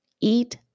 eat